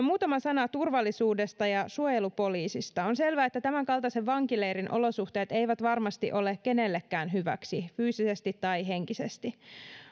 muutama sana turvallisuudesta ja suojelupoliisista on selvää että tämänkaltaisen vankileirin olosuhteet eivät varmasti ole kenellekään hyväksi fyysisesti tai henkisesti